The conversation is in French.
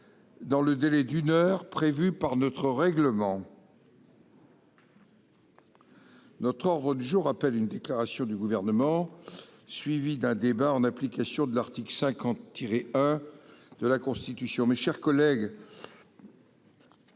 dans le délai d'une heure prévu par notre règlement. L'ordre du jour appelle une déclaration du Gouvernement suivie d'un débat, en application de l'article 50-1 de la Constitution. Mes chers collègues,